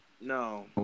No